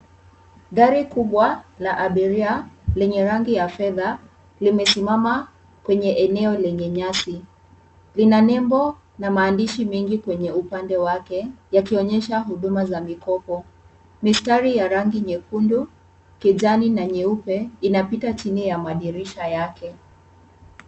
Gari kubwa la abiria lenye rangi ya fedha limesimama kwenye eneo lenye nyasi. Lina nembo na maandishi mengi kwenye upande wake yakionyesha huduma za mikopo. Mistari ya rangi nyekundu, kijani na nyeupe inapita chini ya madirisha yake.